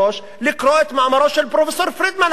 לקרוא את מאמרו של פרופסור פרידמן היום.